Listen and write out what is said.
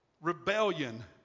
rebellion